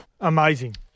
Amazing